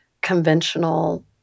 conventional